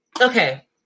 Okay